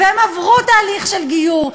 והם עברו תהליך של גיור,